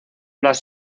las